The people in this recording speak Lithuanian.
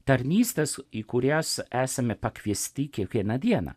tarnystės į kurias esame pakviesti kiekvieną dieną